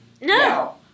No